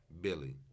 Billy